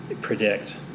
predict